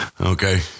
Okay